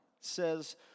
says